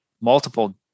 multiple